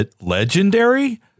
Legendary